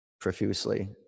profusely